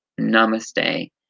namaste